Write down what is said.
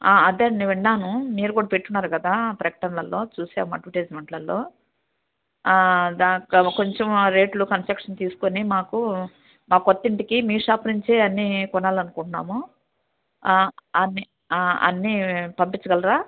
అదే అండి విన్నాను మీరు కూడా పెట్టున్నారు కదా ప్రకటనలల్లో చూశాము అడ్వటైజ్మెంట్లల్లో దాంతో కొంచెం ఆ రేట్లో కన్సెషన్ తీసుకుని మాకు మా కొత్త ఇంటికి మీ షాప్ నుంచే అన్నీ కొనాలనుకుంటున్నాము అన్నీ అన్నీ పంపించగలరా